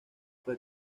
fue